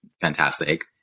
fantastic